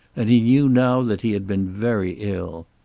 and he knew now that he had been very ill.